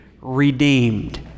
redeemed